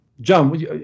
John